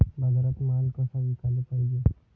बाजारात माल कसा विकाले पायजे?